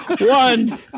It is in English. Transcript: One